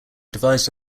devised